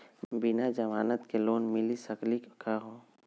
बिना जमानत के लोन मिली सकली का हो?